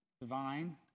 divine